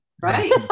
Right